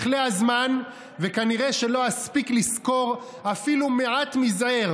יכלה הזמן ובנראה שלא אספיק לסקור אפילו מעט מזעיר